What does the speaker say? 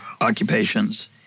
occupations